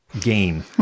gain